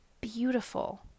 beautiful